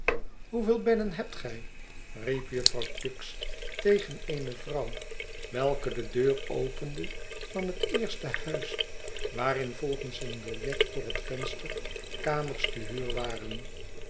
hoeveel bedden hebt gij riep jufvrouw tuggs tegen eene vrouw welke de deur opende van het eerste huis waarin volgens een biljet voor het venster kamers te huur waren